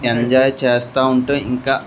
enjoy చేస్తూ ఉంటే ఇంకా